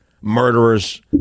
murderers